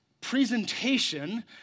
presentation